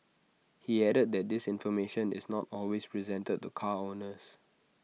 he added that this information is not always presented to car owners